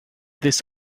this